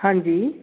ਹਾਂਜੀ